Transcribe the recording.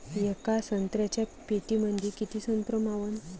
येका संत्र्याच्या पेटीमंदी किती संत्र मावन?